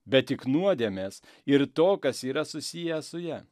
bet tik nuodėmės ir to kas yra susiję su ja